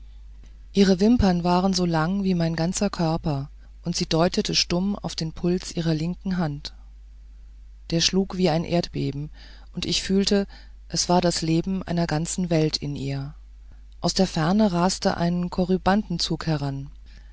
ihre wimpern waren so lang wie mein ganzer körper und sie deutete stumm auf den puls ihrer linken hand der schlug wie ein erdbeben und ich fühlte es war das leben einer ganzen welt in ihr aus der ferne raste ein korybantenzug heran